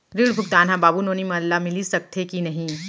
ऋण भुगतान ह बाबू नोनी मन ला मिलिस सकथे की नहीं?